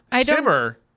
Simmer